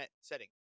setting